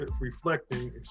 reflecting